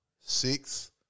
Six